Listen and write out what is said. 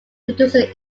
producer